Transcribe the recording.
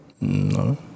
No